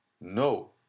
No